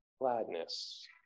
gladness